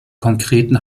konkreten